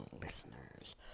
listeners